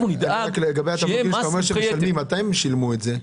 לגבי התמלוגים - מתי הם שילמו את זה?